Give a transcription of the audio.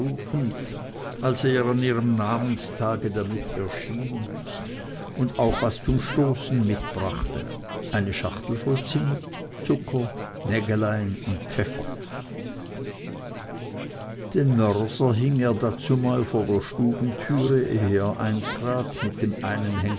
als er an ihrem namenstage damit erschien und auch was zum stoßen mitbrachte eine schachtel voll zimmet zucker nägelein und pfeffer den mörser hing er dazumal vor der stubentüre ehe er eintrat mit dem einen